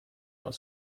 van